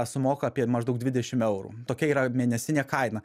sumoka apie maždaug dvidešimt eurų tokia yra mėnesinė kaina